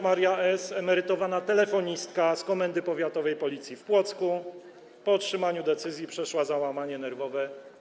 Maria S. Emerytowana telefonistka z Komendy Powiatowej Policji w Płocku po otrzymaniu decyzji przeszła załamanie nerwowe.